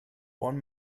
one